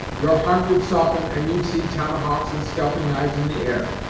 your heart would soften, and you'd see tomahawks and scalping knives in the air.